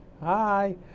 Hi